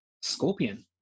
Scorpion